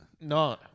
No